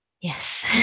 Yes